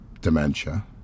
dementia